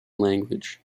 language